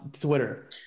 Twitter